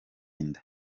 inda